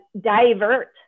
divert